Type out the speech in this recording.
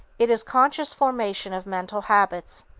it is conscious formation of mental habits,